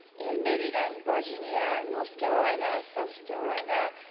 in maryland, virginia, north carolina, south carolina,